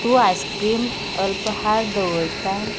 तूं आयस्क्रीम अल्पाहार दवरता